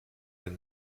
den